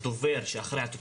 שום דבר לא יסביר את המצב